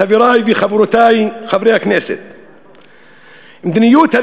חברי וחברותי חברי הכנסת,